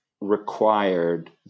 required